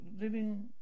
living